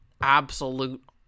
absolute